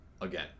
again